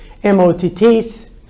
MOTTs